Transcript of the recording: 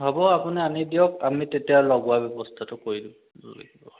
হ'ব আপুনি আনি দিয়ক আমি তেতিয়া লগোৱাৰ ব্যৱস্থাটো কৰি দিম দিব লাগিব